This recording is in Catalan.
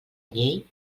llei